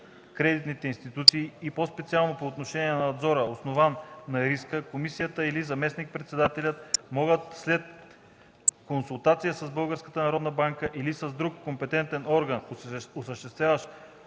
кредитните институции, и по-специално по отношение на надзора, основан на риска, комисията или заместник-председателят могат след консултация с Българската народна банка или с друг компетентен орган, осъществяващ